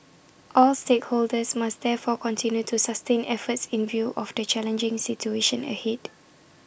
all stakeholders must therefore continue to sustain efforts in view of the challenging situation ahead